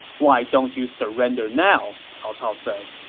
why don't you surrender now! cao cao said